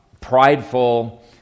prideful